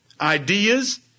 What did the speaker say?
ideas